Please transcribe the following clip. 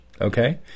okay